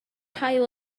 haul